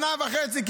שנה וחצי.